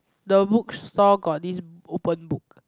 the bookstore got these open book